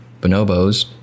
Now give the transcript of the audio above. Bonobos